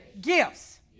gifts